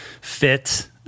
fit